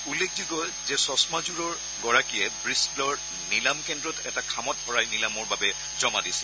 উল্লেখযোগ্য যে চশমাযোৰৰ গৰাকীয়ে ব্ৰিষ্টলৰ নিলাম গৃহত এটা খামত ভৰাই নিলামৰ বাবে জমা দিছিল